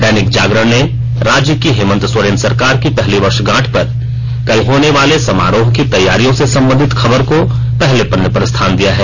दैनिक जागरण ने राज्य की हेमन्त सोरेन सरकार की पहली वर्शगांठ पर कल होने वाले समारोह की तैयारियों से संबंधित खबर को पहले पन्ने पर स्थान दिया है